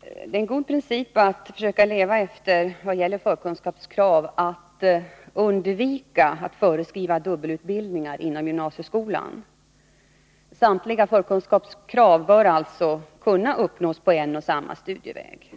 Fru talman! Vad gäller förkunskapskrav bör man försöka leva efter den goda principen att undvika att föreskriva dubbelutbildningar inom gymnasieskolan. Samtliga förkunskapskrav bör alltså kunna uppnås på en och samma studieväg.